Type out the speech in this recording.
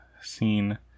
scene